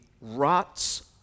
rots